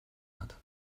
hat